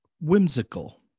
whimsical